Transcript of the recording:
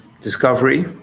discovery